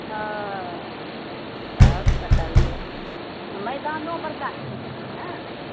ओ तब बतबिऔ मैदानो बड़का सन अथी छै ने